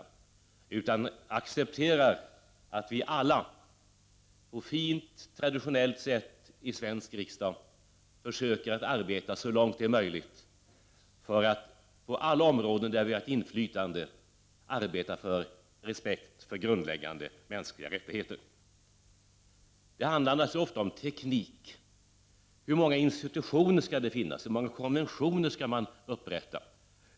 I stället skall vi acceptera att vi alla på fint traditionellt sätt i svensk riksdag försöker arbeta så långt det är möjligt för att på alla områden där vi har inflytande åstadkomma respekt för grundläggande mänskliga rättigheter. Naturligtvis handlar det ofta om teknik. Hur många institutioner skall det finnas? Hur många konventioner skall man upprätta?